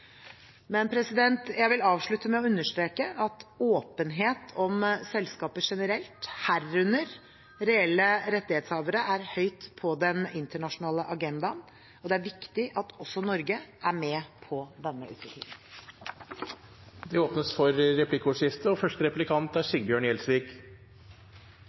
Jeg vil avslutte med å understreke at åpenhet om selskaper generelt, herunder reelle rettighetshavere, er høyt på den internasjonale agendaen. Det er viktig at også Norge er med på denne utviklingen. Det blir replikkordskifte.